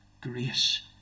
grace